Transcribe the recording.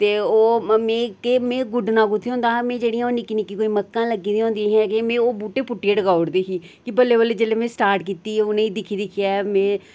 ते ओह् मीं केह् गुड्डना कुत्थै होंदा हा मीं जेह्ड़ियां ओह् निक्कियां निक्कियां मक्कां लग्गी दियां होंदियां हियां ओह् बूह्टे पुट्टियै टकाई ओड़दी ही बल्लें बल्लें जेल्ले मीं स्टार्ट कीती उनेंगी दिक्खी दिक्खी में